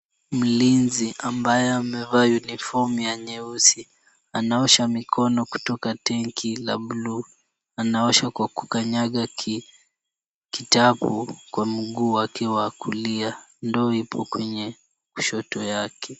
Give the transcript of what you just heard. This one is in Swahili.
Mlinzi ambaye amevaa uniform ya nyeusi anaosha mikono kutoka tenki la buluu, anaosha kwa kukanyaga kitabu kwa mguu wake ya kulia, ndoo ipo kwenye kushoto yake.